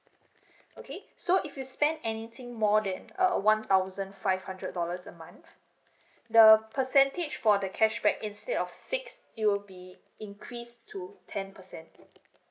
okay so if you spend anything more than uh one thousand five hundred dollars a month the percentage for the cashback instead of six it'll be increased to ten percent